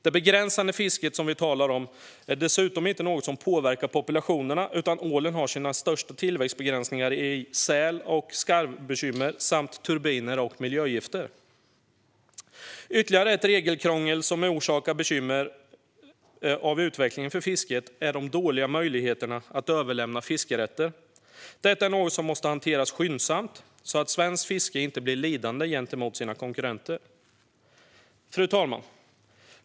Det begränsade fiske som vi talar om är dessutom inte något som påverkar populationerna, utan ålen har sina största tillväxtbegränsningar i säl och skarvbekymmer samt turbiner och miljögifter. Ytterligare regelkrångel som orsakar bekymmer när det gäller utvecklingen för fisket utgör de dåliga möjligheterna att överlämna fiskerätter. Detta är något som måste hanteras skyndsamt så att svenskt fiske inte blir lidande gentemot sina konkurrenter. Fru talman!